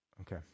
Okay